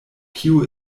kiu